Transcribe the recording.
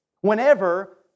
whenever